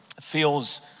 feels